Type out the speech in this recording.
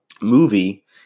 movie